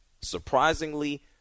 surprisingly